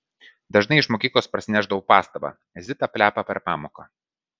dažnai iš mokyklos parsinešdavau pastabą zita plepa per pamoką